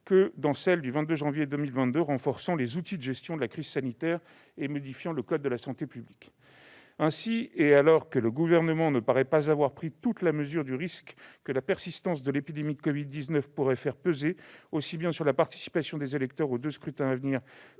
de la loi du 22 janvier 2022 renforçant les outils de gestion de la crise sanitaire et modifiant le code de la santé publique. Ainsi, alors que le Gouvernement ne paraît pas avoir pris toute la mesure du risque que la persistance de l'épidémie de covid-19 pourrait faire peser aussi bien sur la participation des électeurs aux deux scrutins à venir